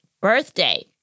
birthday